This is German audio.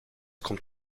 kommt